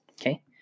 Okay